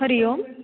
हरिः ओं